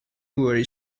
were